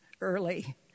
early